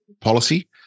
policy